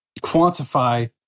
quantify